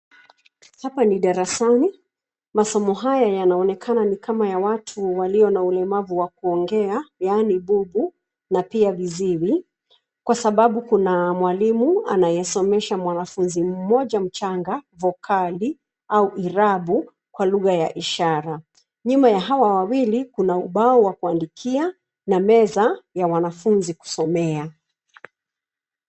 Hapa ni darasani, masomo haya yanaonekana ni kama ya watu walio na ulemavu wa kuongea yaani bubu na pia viziwi, kwasababu kuna mwalimu anayesomesha mwanafunzi mmoja mchanga vokali au irabu kwa lugha ya ishara. Nyuma ya hawa wawili, kuna ubao wa kuandikia na meza ya wanafunzi kusomea.